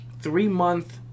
three-month